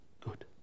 good